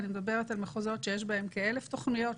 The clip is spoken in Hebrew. אני מדברת על מחוזות שיש בהם כ-1,000 תוכניות,